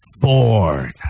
Born